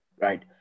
right